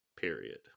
period